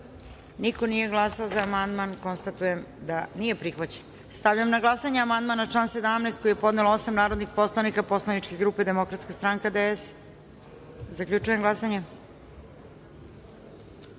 Niko nije glasao za amandman. Skupština ga nije prihvatila. Stavljam na glasanje amandman na član 4. koji je podnelo osam narodnih poslanika Poslaničke grupe Demokratska stranka - DS.Zaključujem glasanje: